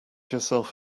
yourself